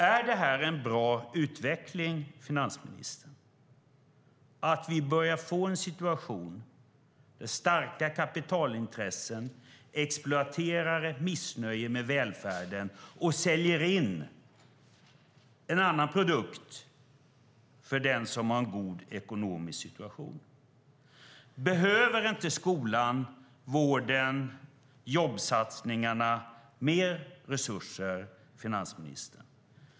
Är det en bra utveckling, finansministern, att vi börjar få en situation där starka kapitalintressen exploaterar ett missnöje med välfärden och säljer in en annan produkt för den som har en god ekonomisk situation? Behöver inte skolan, vården och jobbsatsningarna mer resurser, finansministern?